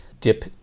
dip